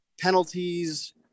penalties